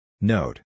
Note